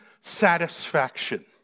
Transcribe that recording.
satisfaction